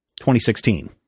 2016